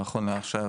נכון לעכשיו,